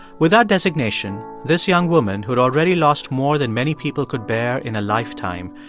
with that designation, this young woman, who'd already lost more than many people could bear in a lifetime,